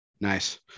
Nice